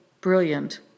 brilliant